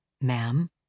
Ma'am